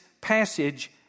passage